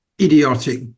idiotic